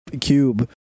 cube